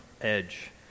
edge